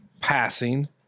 passing